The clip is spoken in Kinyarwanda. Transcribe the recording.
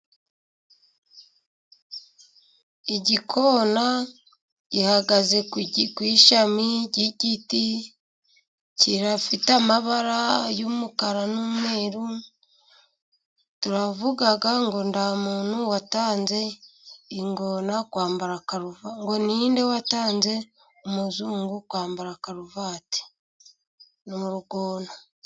Igikona gihagaze ku shami ry'igiti. Kirafite amabara y'umukara n'umweru. Turavuga ngo: "Nta muntu watanze ingona kwambara karuvati, ngo ni nde watanze umuzungu kwambara karuvati?" Ni urugona.